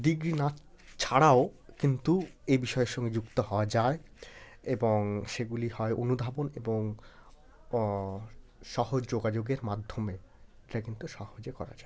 degree না ছাড়াও কিন্তু এ বিষয়ের সঙ্গে যুক্ত হওয়া যায় এবং সেগুলি হয় অনুধাবন এবং সহ যোগাযোগের মাধ্যমে এটা কিন্তু সহজে করা যায়